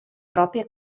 proprie